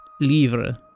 Livre